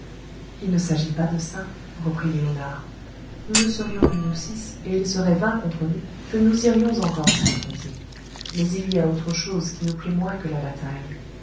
il ne s'agit pas de ça reprit léonard nous ne serions que nous six et ils seraient vingt contre nous que nous irions encore sans les compter mais il y a autre chose qui nous plaît moins que la bataille